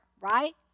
right